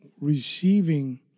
receiving